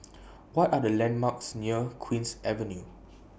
What Are The landmarks near Queen's Avenue